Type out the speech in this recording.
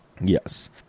yes